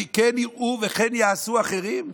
וכן יראו וכן יעשו אחרים?